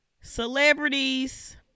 celebrities